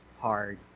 hard